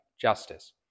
justice